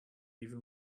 even